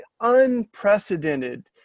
unprecedented